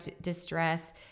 distress